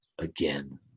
again